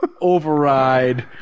override